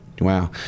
Wow